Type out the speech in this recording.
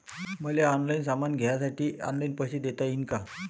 मले ऑनलाईन सामान घ्यासाठी ऑनलाईन पैसे देता येईन का?